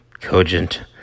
cogent